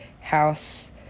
house